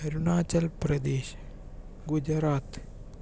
Arunachal Pradesh Gujarat